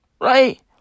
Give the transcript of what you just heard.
Right